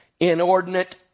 inordinate